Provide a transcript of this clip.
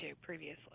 previously